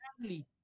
family